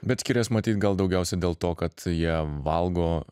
bet skirias matyt gal daugiausia dėl to kad jie valgo